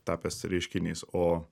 tapęs reiškinys o